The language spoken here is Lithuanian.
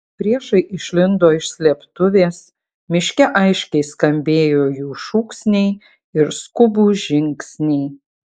priešai išlindo iš slėptuvės miške aiškiai skambėjo jų šūksniai ir skubūs žingsniai